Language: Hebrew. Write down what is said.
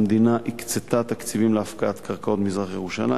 המדינה הקצתה תקציבים להפקעת קרקעות במזרח-ירושלים.